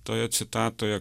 toje citatoje